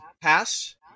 pass